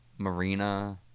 marina